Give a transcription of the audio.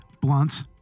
blunts